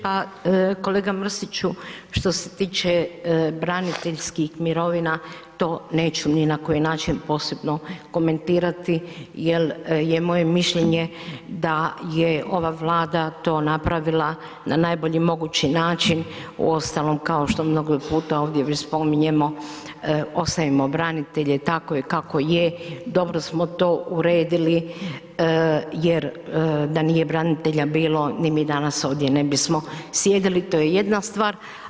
Pa, kolega Mrsiću, što se tiče braniteljskih mirovina, to neću ni na koji način posebno komentirati jel je moje mišljenje da je ova Vlada to napravila na najbolji mogući način, uostalom kao što mnogo puta ovdje već spominjemo, ostavimo branitelje, tako je kako je, dobro smo to uredili jer da nije branitelja bilo ni mi danas ovdje ne bismo sjedili, to je jedna stvar.